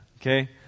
Okay